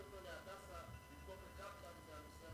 אותו ל"הדסה" במקום ל"קפלן" זה הנושא המדיני.